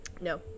No